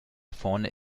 vorne